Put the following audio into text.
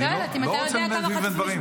אני לא רוצה לריב על דברים.